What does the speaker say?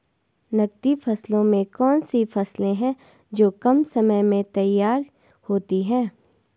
नकदी फसलों में कौन सी फसलें है जो कम समय में तैयार होती हैं?